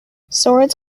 swords